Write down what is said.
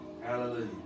Hallelujah